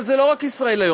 אבל זה לא רק "ישראל היום".